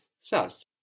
Sas